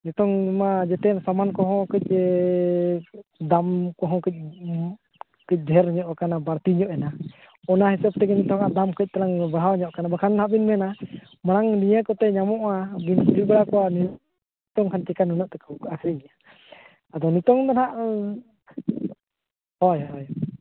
ᱱᱤᱛᱚᱜᱢᱟ ᱡᱚᱛᱚ ᱥᱟᱢᱟᱱ ᱠᱚᱦᱚᱸ ᱠᱟᱹᱡ ᱫᱟᱢ ᱠᱚᱦᱚᱸ ᱠᱟᱹᱡ ᱰᱷᱮᱨ ᱧᱚᱜ ᱟᱠᱟᱱᱟ ᱵᱟᱹᱲᱛᱤ ᱧᱚᱜ ᱮᱱᱟ ᱚᱱᱟ ᱦᱤᱥᱟᱹᱵ ᱛᱮᱜᱮ ᱱᱤᱛᱚᱜ ᱟᱜ ᱫᱟᱢ ᱠᱟᱹᱡ ᱛᱟᱞᱟᱝ ᱵᱟᱲᱦᱟᱣ ᱧᱚᱜ ᱟᱠᱟᱱᱟ ᱵᱟᱠᱷᱟᱱ ᱦᱟᱜ ᱵᱮᱱ ᱢᱮᱱᱟ ᱢᱟᱲᱟᱝ ᱱᱤᱭᱟᱹ ᱠᱚᱛᱮ ᱧᱟᱢᱚᱜᱼᱟ ᱡᱩᱫᱟᱹ ᱟᱠᱟᱱᱟ ᱱᱤᱛᱚᱜ ᱠᱷᱟᱡ ᱪᱮᱠᱟ ᱱᱩᱱᱟᱹᱜ ᱛᱮᱠᱚ ᱟᱹᱠᱷᱟᱨᱤᱧᱮᱜᱼᱟ ᱟᱫᱚ ᱱᱤᱛᱚᱜ ᱫᱚ ᱱᱟᱦᱟᱜ ᱦᱳᱭ ᱦᱳᱭ